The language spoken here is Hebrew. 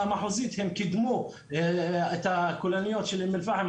המחוזית הם קידמו את הכוללניות של אום אל פחם,